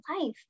life